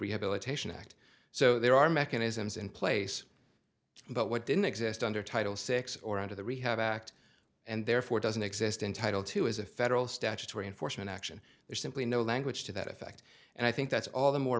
rehabilitation act so there are mechanisms in place but what didn't exist under title six or under the rehab act and therefore doesn't exist in title two is a federal statutory enforcement action there's simply no language to that effect and i think that's all the more